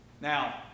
Now